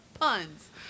puns